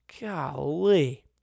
Golly